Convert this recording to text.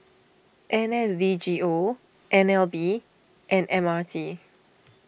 N S D G O N L B and M R T